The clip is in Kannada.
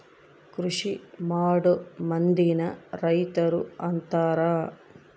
ಕೃಷಿಮಾಡೊ ಮಂದಿನ ರೈತರು ಅಂತಾರ